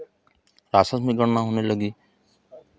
राक्षस में गणना होने लगी